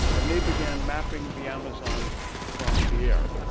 and they began mapping the amazon from the air.